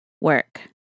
work